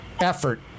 effort